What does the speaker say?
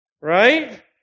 right